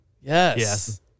Yes